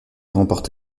remporte